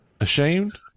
Ashamed